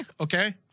Okay